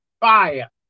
fire